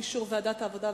אישור ועדת העבודה,